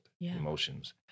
emotions